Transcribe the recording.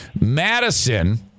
madison